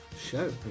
show